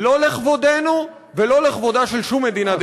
לא לכבודנו ולא לכבודה של שום מדינה דמוקרטית.